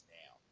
now